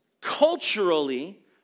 culturally